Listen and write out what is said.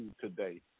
today